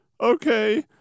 Okay